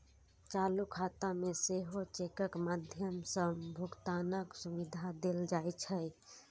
चालू खाता मे सेहो चेकक माध्यम सं भुगतानक सुविधा देल जाइ छै